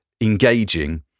engaging